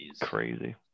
crazy